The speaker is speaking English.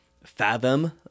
Fathom